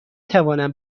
توانم